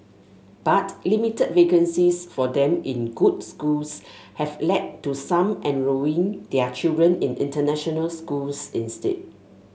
but limited vacancies for them in good schools have led to some enrolling their children in international schools instead